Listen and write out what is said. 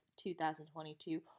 2022